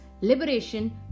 liberation